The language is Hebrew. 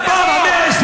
כשאתה לא מגנה,